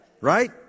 right